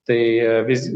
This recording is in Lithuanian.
tai vis